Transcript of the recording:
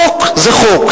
חוק זה חוק,